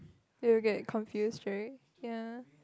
you'll get confused right ya